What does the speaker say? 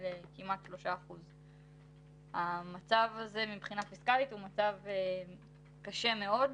של כמעט 3%. המצב הזה מבחינה פיסקאלית הוא מצב קשה מאוד.